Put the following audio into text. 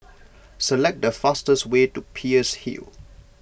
select the fastest way to Peirce Hill